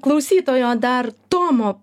klausytojo dar tomo